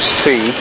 see